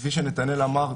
כפי שנתנאל אמר,